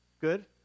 Good